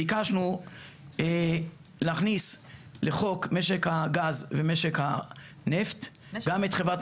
ביקשנו להכניס לחוק משק הגז ומשק הנפט --- הגז,